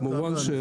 כמובן --- אבל,